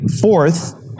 Fourth